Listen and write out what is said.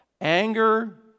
Anger